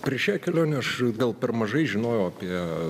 per šią kelionę aš gal per mažai žinojau apie